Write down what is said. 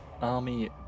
Army